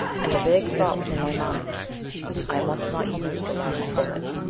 and a vague thought was in my mind i must not use the last bullet.